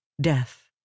death